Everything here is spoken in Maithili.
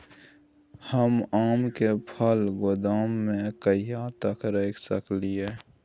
हम आम के फल गोदाम में कहिया तक रख सकलियै?